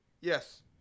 Yes